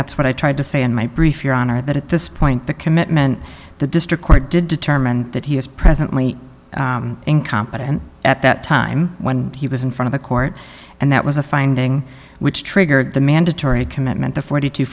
that's what i tried to say in my brief your honor that at this point the commitment the district court did determine that he is presently incompetent at that time when he was in front of a court and that was a finding which triggered the mandatory commitment to forty two